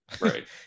Right